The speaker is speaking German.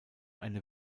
eine